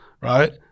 right